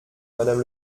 madame